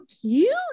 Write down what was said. cute